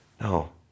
No